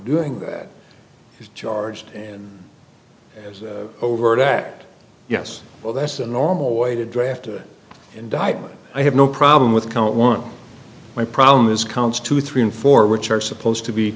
doing that he's charged and as overt act yes well that's the normal way to draft the indictment i have no problem with count one my problem is counts two three and four which are supposed to be